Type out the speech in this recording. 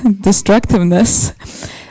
destructiveness